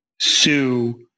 sue